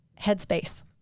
headspace